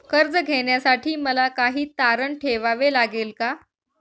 कर्ज घेण्यासाठी मला काही तारण ठेवावे लागेल का?